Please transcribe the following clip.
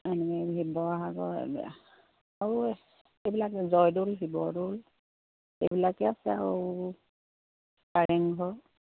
এনে শিৱসাগৰ আৰু এইবিলাক জয়দৌল শিৱদৌল এইবিলাকে আছে আৰু কাৰেংঘৰ